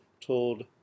told